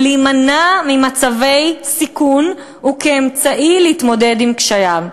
להימנע ממצבי סיכון וכאמצעי להתמודד עם קשייו".